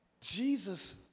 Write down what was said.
Jesus